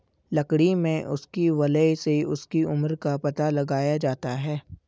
लकड़ी में उसकी वलय से उसकी उम्र का पता लगाया जाता है